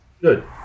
good